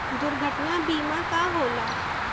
दुर्घटना बीमा का होला?